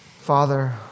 Father